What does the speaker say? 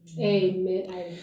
Amen